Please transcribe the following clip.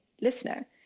listener